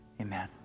Amen